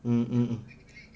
mm mm